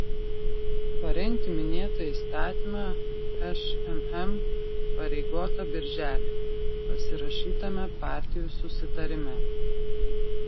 parengti minėtą įstatymą šmm įpareigota birželį pasirašytame partijų susitarime